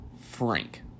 Frank